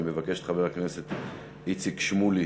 אני מבקש מחבר הכנסת איציק שמולי